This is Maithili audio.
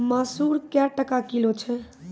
मसूर क्या टका किलो छ?